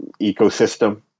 ecosystem